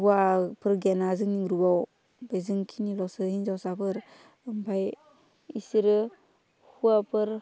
हौवाफोर गैयाना जोंनि ग्रुपआव बे जों खिनिल'सो हिनजावसाफोर ओमफ्राय बिसोरो हौवाफोर